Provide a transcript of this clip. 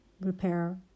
repair